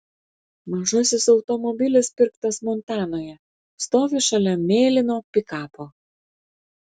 mažasis automobilis pirktas montanoje stovi šalia mėlyno pikapo